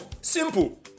Simple